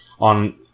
on